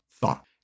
thought